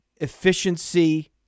efficiency